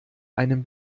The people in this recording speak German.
einen